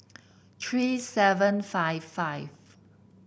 three seven five five